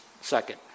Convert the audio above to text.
second